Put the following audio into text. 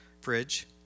fridge